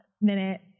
minute